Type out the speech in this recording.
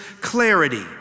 clarity